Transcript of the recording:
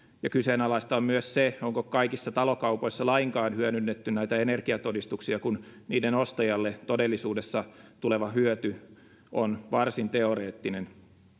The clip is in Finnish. ja kyseenalaista on myös se onko kaikissa talokaupoissa lainkaan hyödynnetty energiatodistuksia kun niiden ostajalle todellisuudessa tuleva hyöty on varsin teoreettinen